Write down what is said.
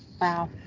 Wow